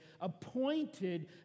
appointed